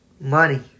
money